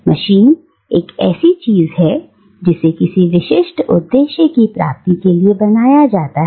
machine एक ऐसी चीज है जिसे किसी विशिष्ट उद्देश्य की प्राप्ति के लिए बनाया जाता है